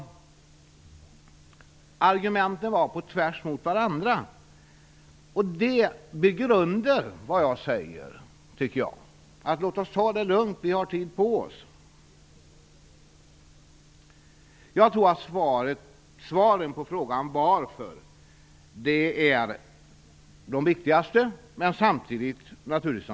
Argumenten gick på tvärs. Det underbygger, tycker jag, vad jag säger: Låt oss ta det lugnt. Vi har tid på oss. Jag tror att svaren på frågan "varför" är de viktigaste, men samtidigt de svåraste naturligtvis.